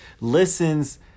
listens